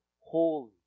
holy